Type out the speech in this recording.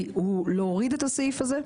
היא להוריד את הסעיף הזה.